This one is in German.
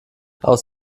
aus